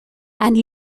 and